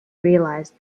realized